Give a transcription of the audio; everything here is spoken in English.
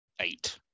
eight